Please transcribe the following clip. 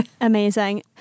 Amazing